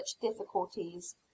difficulties